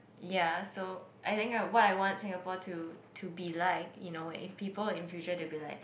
ya so I think what I want Singapore to to be like you know if people in future they will be like